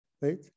right